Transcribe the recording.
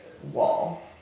wall